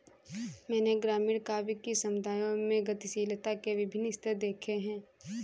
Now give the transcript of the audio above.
मैंने ग्रामीण काव्य कि समुदायों में गतिशीलता के विभिन्न स्तर देखे हैं